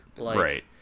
Right